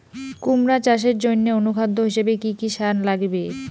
কুমড়া চাষের জইন্যে অনুখাদ্য হিসাবে কি কি সার লাগিবে?